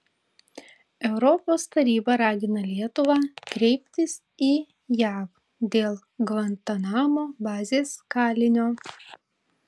europos taryba ragina lietuvą kreiptis į jav dėl gvantanamo bazės kalinio